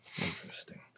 interesting